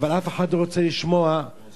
אבל אף אחד לא רוצה לשמוע שבעוד,